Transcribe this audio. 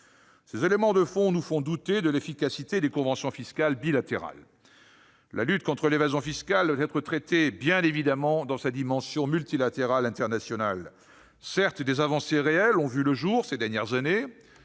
Ces éléments de fond nous font douter de l'efficacité des conventions fiscales bilatérales. La lutte contre l'évasion fiscale doit être traitée, bien évidemment, dans sa dimension internationale. Certes, des avancées réelles ont vu le jour ces dernières années